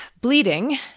Bleeding